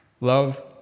Love